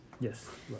Yes